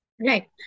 Right